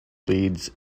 leeds